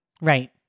Right